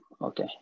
okay